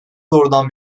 doğrudan